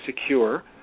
secure